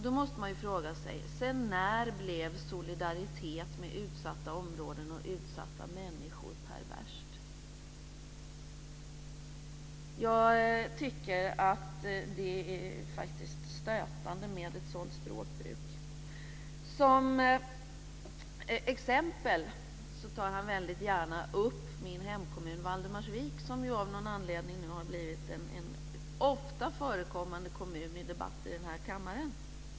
Sedan när blev solidaritet med utsatta områden och utsatta människor perverst? Det är faktiskt stötande med ett sådant språkbruk. Som exempel tar Lennart Hedquist väldigt gärna upp min hemkommun Valdemarsvik, som har blivit en ofta förekommande kommun i debatter här i kammaren.